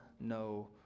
no